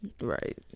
Right